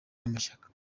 y’amashyaka